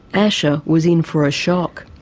asha was in for a shock.